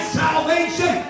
salvation